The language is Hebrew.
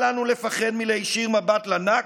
אל לנו לפחד מלהישיר מבט לנכבה,